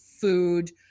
food